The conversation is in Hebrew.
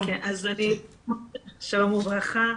שלום וברכה.